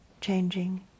changing